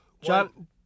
John